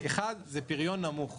הראשון, פריון נמוך.